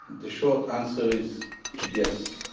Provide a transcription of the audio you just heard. the short answer is yes.